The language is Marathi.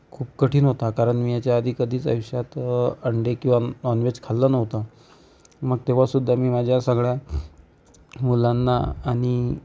खूप कठीण होता कारण मी याच्याआधी कधीच आयुष्यात अंडे किंवा नॉनव्हेज खाल्लं नव्हतं मग तेव्हा सुद्धा मी माझ्या सगळ्या मुलांना आणि